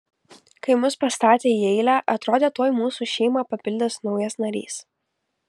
kai mus pastatė į eilę atrodė tuoj mūsų šeimą papildys naujas narys